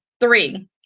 three